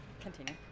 Continue